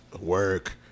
work